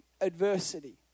adversity